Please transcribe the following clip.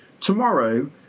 tomorrow